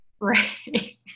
Right